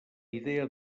idea